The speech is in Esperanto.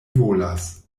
volas